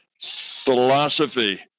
philosophy